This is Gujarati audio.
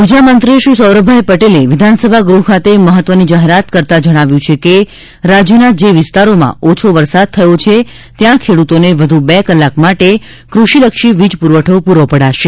ઉર્જા મંત્રી શ્રી સૌરભભાઈ પટેલે વિધાનસભા ગ્રહ ખાતે મહત્વની જાહેરાત કરતાં જણાવ્યું છે કે રાજ્યના જે વિસ્તારોમાં ઓછો વરસાદ થયો છે ત્યાં ખેડૂતોને વધુ બે કલાક માટે ક્રષિલક્ષી વીજ પુરવઠો પુરો પડાશે